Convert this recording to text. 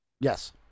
Yes